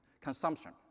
consumption